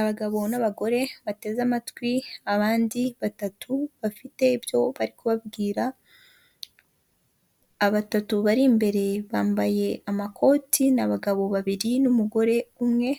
Abagabo n'abagore bateze amatwi abandi batatu bafite ibyo bari kubabwira, batatu bari imbere bambaye amakoti n'abagabo babiri n'umugore umwe,